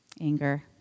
Anger